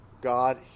God